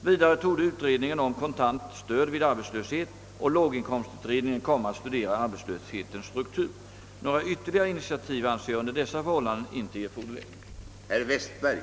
Vidare torde utredningen om kontant stöd vid arbetslöshet och låginkomstutredningen komma att studera arbetslöshetens struktur. Några ytterligare initiativ anser jag under dessa förhållanden inte erforderliga.